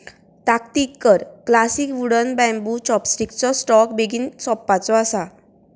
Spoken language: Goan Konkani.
ताकतीक कर क्लासिक वूडन बँबू चॉपस्टीकचो स्टॉक बेगीन सोप्पाचो आसा